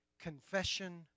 confession